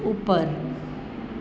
ઉપર